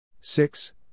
Six